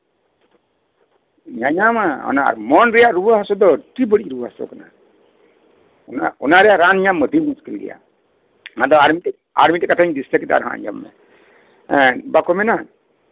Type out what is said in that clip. ᱧᱮᱞ ᱧᱟᱢ ᱢᱟᱢ ᱢᱚᱱ ᱨᱮᱭᱟᱜ ᱨᱩᱣᱟᱹ ᱦᱟᱹᱥᱩ ᱫᱚ ᱟᱹᱰᱤ ᱵᱟᱹᱲᱤᱡ ᱨᱩᱣᱟᱹ ᱦᱟᱹᱥᱩ ᱠᱟᱱᱟ ᱚᱱᱟ ᱚᱱᱟ ᱨᱮᱭᱟᱜ ᱨᱟᱱ ᱧᱟᱢ ᱟᱹᱰᱤ ᱢᱩᱥᱠᱤᱞ ᱜᱮᱭᱟ ᱟᱨᱦᱚᱸ ᱟᱨ ᱢᱤᱫᱴᱮᱱ ᱠᱟᱛᱷᱟᱧ ᱫᱤᱥᱟᱹ ᱠᱮᱫᱟ ᱟᱨᱦᱚᱸ ᱟᱸᱡᱚᱢ ᱢᱮ ᱮᱜ ᱵᱟᱠᱚ ᱢᱮᱱᱟ